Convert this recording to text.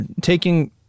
taking